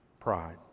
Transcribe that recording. pride